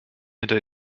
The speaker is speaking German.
hinter